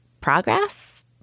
progress